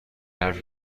حرفی